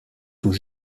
tout